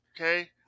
Okay